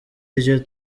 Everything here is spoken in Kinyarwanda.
iryo